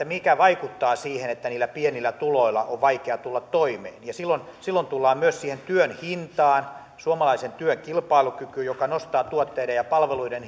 mikä vaikuttaa siihen että niillä pienillä tuloilla on vaikea tulla toimeen ja silloin silloin tullaan myös siihen työn hintaan suomalaisen työn kilpailukykyyn joka nostaa tuotteiden ja palveluiden